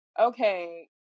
okay